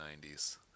90s